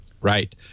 Right